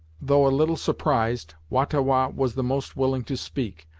though a little surprised, wah-ta-wah was the most willing to speak,